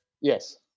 yes